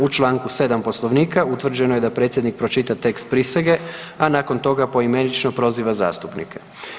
U čl. 7 Poslovnika utvrđeno je da predsjednik pročita tekst prisege, a nakon toga poimenično proziva zastupnike.